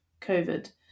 COVID